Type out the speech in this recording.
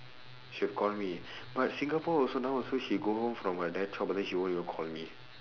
she'll call me but singapore also now also she go home from her dad's shop then she won't even call me